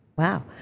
Wow